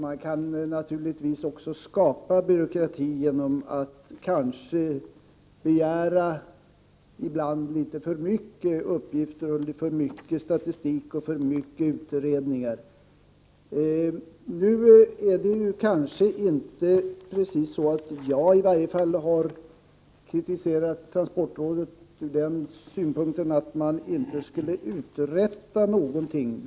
Man kan naturligtvis också skapa byråkrati genom att ibland kanske begära för mycket uppgifter, för mycket statistik och för mycket utredningar. Nu har i varje fall jag inte kritiserat transportrådet på så sätt att det inte skulle uträtta någonting.